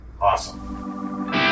awesome